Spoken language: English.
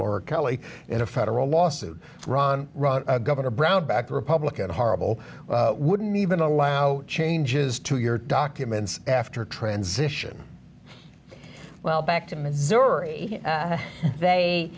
laura kelly in a federal lawsuit run run governor brownback republican horrible wouldn't even allow changes to your documents after transition well back to missouri they